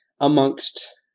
amongst